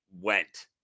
went